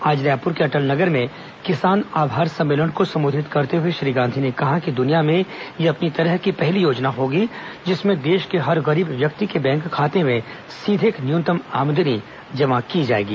आज रायपुर के अटल नगर में किसान आभार सम्मेलन को संबोधित करते हुए श्री गांधी ने कहा कि दुनिया में यह अपनी तरह की पहली योजना होगी जिसमें देश के हर गरीब व्यक्ति के बैंक खाते में सीधे एक न्यूनतम आमदनी जमा की जाएगी